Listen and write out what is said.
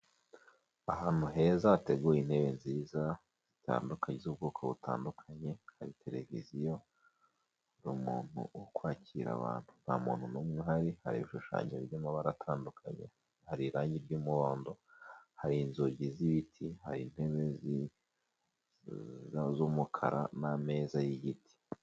Ahantu heza hateguye intebe nziza zitandukanye z'ubwoko butandukanye hari televiziyo hari umuntu ukwakira abantu nta muntu numwe uhari hari ibishushanyo bya'mabara atandukanye hari irangi ry'umuhondo hari inzugi z'ibiti hari intebe z'umukara n'ameza y'igiti.